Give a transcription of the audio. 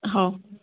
ହଉ